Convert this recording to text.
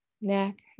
neck